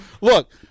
look